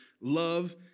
love